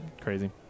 crazy